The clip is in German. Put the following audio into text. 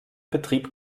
betrieb